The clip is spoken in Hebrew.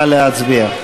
נא להצביע.